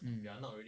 mm